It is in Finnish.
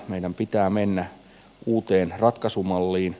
meidän pitää mennä uuteen ratkaisumalliin